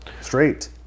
straight